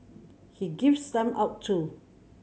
he gives them out too